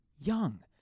young